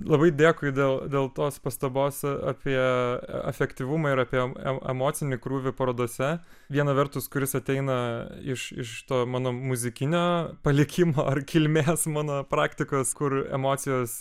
labai dėkui dėl dėl tos pastabos apie afektyvumą ir apie emocinį krūvį parodose viena vertus kuris ateina iš iš to mano muzikinio palikimo ar kilmės mano praktikos kur emocijos